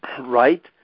right